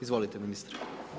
Izvolite ministre.